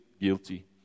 guilty